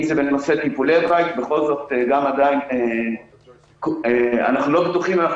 אם זה בנושא טיפולי בית בכל זאת אנחנו לא בטוחים אם אנחנו